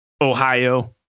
Ohio